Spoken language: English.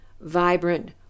vibrant